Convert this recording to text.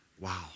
Wow